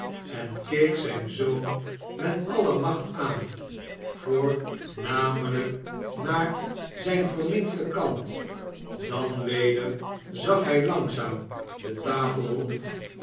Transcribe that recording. en keek zijn zoon met alle macht aan voornamelijk naar zijn verminkten ant dan weder zag hij langzaam de tafel rond